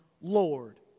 Lord